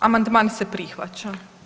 Amandman se prihvaća.